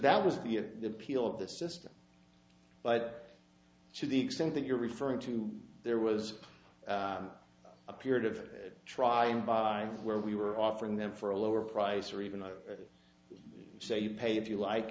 that was the appeal of the system but to the extent that you're referring to there was a period of trying buy where we were offering them for a lower price or even i say you pay if you like